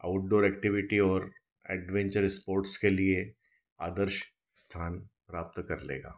outdoor activity और adventure sports के लिए आदर्श स्थान प्राप्त कर लेगा